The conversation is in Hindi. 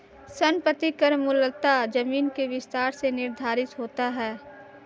संपत्ति कर मूलतः जमीन के विस्तार से निर्धारित होता है